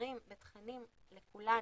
ומסרים ותכנים לכולנו.